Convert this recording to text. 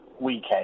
weekend